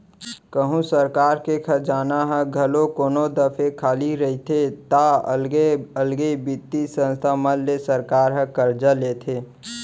कहूँ सरकार के खजाना ह घलौ कोनो दफे खाली रहिथे ता अलगे अलगे बित्तीय संस्था मन ले सरकार ह करजा लेथे